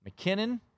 McKinnon